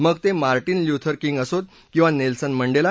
मग ते Martin Luther King असोत किंवा नेल्सन मंडेला